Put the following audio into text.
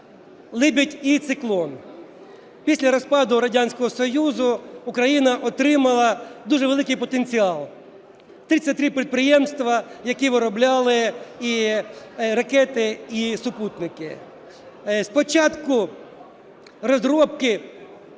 "Либідь" і "Циклон". Після розпаду Радянського Союзу Україна отримала дуже великий потенціал – 33 підприємства, які виробляли і ракети, і супутники. З початку розробки